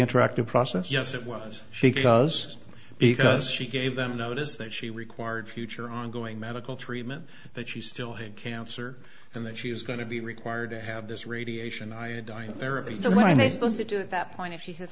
interactive process yes it was she does because she gave them notice that she required future ongoing medical treatment that she still had cancer and that she is going to be required to have this radiation iodine therapy you know what i may supposed to do at that point if she